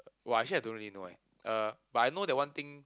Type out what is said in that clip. !wah! actually I don't really know eh uh but I know the one thing